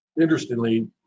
interestingly